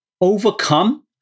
overcome